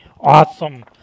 awesome